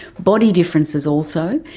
body differences also.